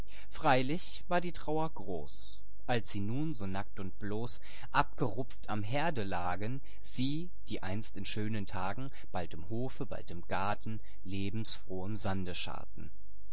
freilich war die trauer groß als sie nun so nackt und bloß abgerupft am herde lagen sie die einst in schönen tagen bald im hofe bald im garten lebensfroh im sande scharrten